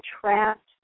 trapped